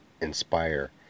inspire